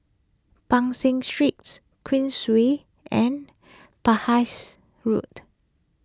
Ban San Street Queensway and Penhas Road